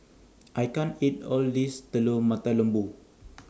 I can't eat All of This Telur Mata Lembu